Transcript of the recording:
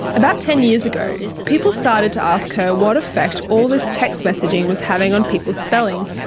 about ten years ago people started to ask her what affect all this text messaging was having on people's spelling,